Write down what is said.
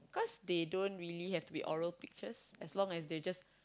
cause they don't really have to be oral pictures as long as they just